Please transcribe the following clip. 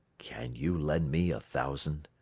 can you lend me a thousand?